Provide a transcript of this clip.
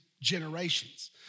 generations